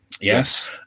yes